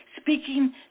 speaking